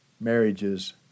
marriages